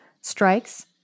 strikes